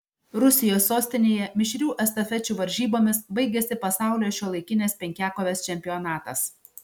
rusijos sostinėje mišrių estafečių varžybomis baigėsi pasaulio šiuolaikinės penkiakovės čempionatas